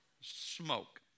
smoke